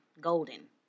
golden